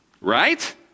Right